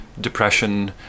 depression